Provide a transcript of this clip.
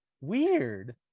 Weird